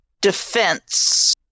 defense